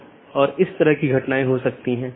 तो यह एक तरह की नीति प्रकारों में से हो सकता है